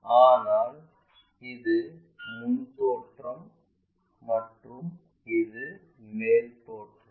ஆனால் இது முன் தோற்றம் மற்றும் இது மேல் தோற்றம்